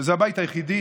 שזה הבית היחידי,